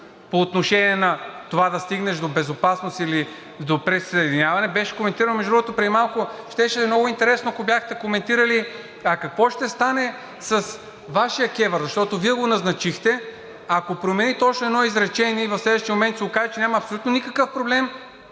По отношение на това да стигнеш до безопасност или до присъединяване беше коментирано между другото. Преди малко щеше да е много интересно, ако бяхте коментирали. А какво ще стане с Вашия КЕВР, защото Вие го назначихте, ако промените още едно изречение, и в следващия момент се окаже, че няма абсолютно никакъв проблем